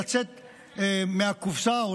לצאת מהקופסה,